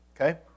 okay